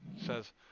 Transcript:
says